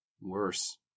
worse